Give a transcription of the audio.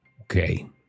Okay